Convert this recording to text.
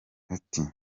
ati